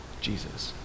Jesus